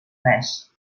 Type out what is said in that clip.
res